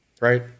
right